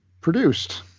produced